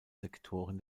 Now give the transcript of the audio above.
sektoren